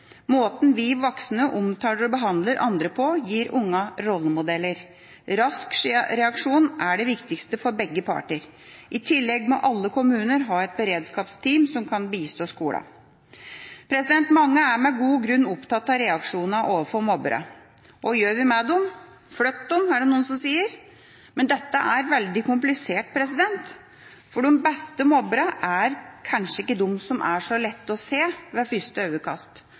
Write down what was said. Måten vi voksne omtaler og behandler andre på, gir ungene rollemodeller. Rask reaksjon er det viktigste for begge parter. I tillegg må alle kommuner ha et beredskapsteam som kan bistå skolen. Mange er – med god grunn – opptatt av reaksjonene overfor mobbere. Hva gjør vi med dem? Flytt dem, er det noen som sier. Men dette er veldig komplisert, for de beste mobberne er kanskje ikke de som er så lett å se ved